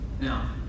Now